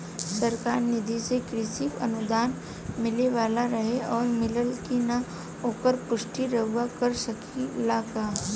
सरकार निधि से कृषक अनुदान मिले वाला रहे और मिलल कि ना ओकर पुष्टि रउवा कर सकी ला का?